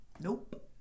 nope